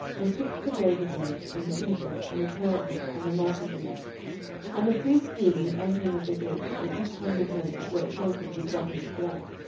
and took the graven image, and the ephod, and the teraphim, and the molten image and the priest stood in the entering of the gate with the six hundred men that were appointed with weapons of war.